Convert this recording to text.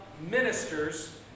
Ministers